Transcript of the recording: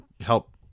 help